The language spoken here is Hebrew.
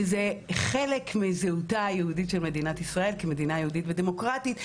שזה חלק מזהותה היהודית של מדינת ישראל כמדינה יהודית ודמוקרטית.